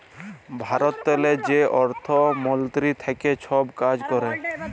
ভারতেরলে যে অর্থ মলতিরি থ্যাকে ছব কাজ ক্যরে